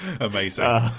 Amazing